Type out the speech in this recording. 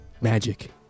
magic